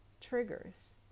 triggers